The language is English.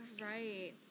Right